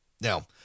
Now